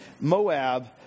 Moab